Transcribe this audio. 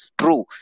true